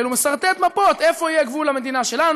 ומסרטט מפות: איפה יהיה גבול המדינה שלנו,